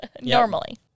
normally